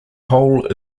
hole